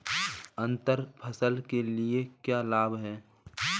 अंतर फसल के क्या लाभ हैं?